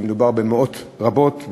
שמדובר במאות רבות,